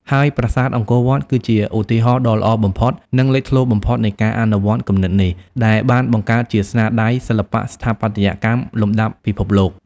ហើយប្រាសាទអង្គរវត្ត គឺជាឧទាហរណ៍ដ៏ល្អបំផុត និងលេចធ្លោបំផុតនៃការអនុវត្តគំនិតនេះ ដែលបានបង្កើតជាស្នាដៃសិល្បៈស្ថាបត្យកម្មលំដាប់ពិភពលោក។